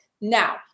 now